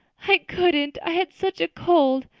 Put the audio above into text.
i couldn't i had such a cold!